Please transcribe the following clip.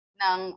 ng